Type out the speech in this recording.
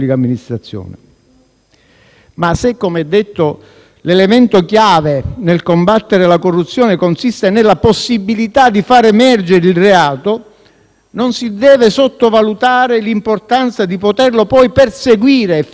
Ma se - come detto - l'elemento chiave nel combattere la corruzione consiste nella possibilità di far emergere il reato, non si deve sottovalutare l'importanza di poterlo poi perseguire efficacemente.